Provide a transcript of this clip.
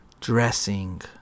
dressing